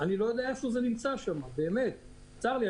צר לי,